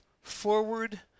forward